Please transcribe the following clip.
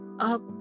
up